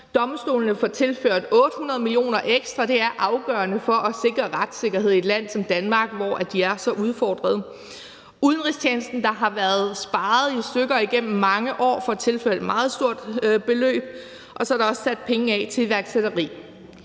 Domstolene får tilført 800 mio. kr. ekstra, og det er afgørende for at sikre retssikkerhed i et land som Danmark, hvor de er så udfordret. Udenrigstjenesten, der har været sparet i stykker igennem mange år, får tilført et meget stort beløb, og så er der også sat penge af til iværksætteri.